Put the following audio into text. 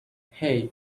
hey